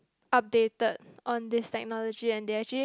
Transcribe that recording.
updated on this technology and they actually